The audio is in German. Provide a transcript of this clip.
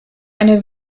eine